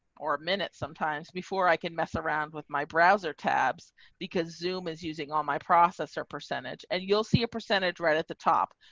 or a minute. sometimes before i can mess around with my browser tabs because zoom is using all my process or percentage and you'll see a percentage right at the top.